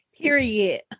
period